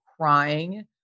crying